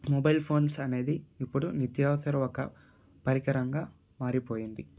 mobile phones అనేది ఇప్పుడు నిత్య అవసర ఒక పరికరంగా మారిపోయింది